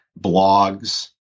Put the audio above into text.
blogs